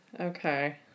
Okay